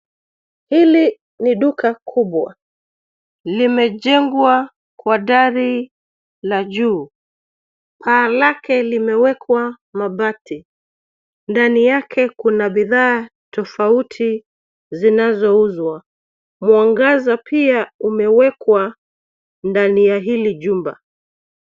Hili ni duka kubwa limejengwa kwa dari ya juu. Paa lake limewekwa mabati. Ndani yake kuna bidhaa tofauti zinazouzwa. Mwangaza pia imewekwa ndani ya hili jumba.